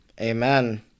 Amen